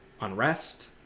Unrest